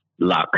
luck